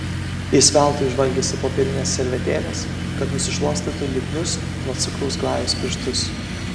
jis veltui žvalgėsi popierinės servetėlės kad nusišluostytų lipnius nuo cukraus glajaus pirštus